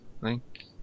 link